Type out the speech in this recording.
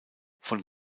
von